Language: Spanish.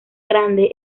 grande